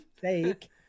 Fake